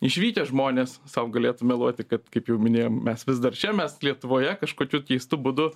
išvykę žmonės sau galėtų meluoti kad kaip jau minėjom mes vis dar čia mes lietuvoje kažkokiu keistu būdu